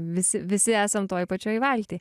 visi visi esam toj pačioj valty